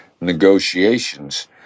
negotiations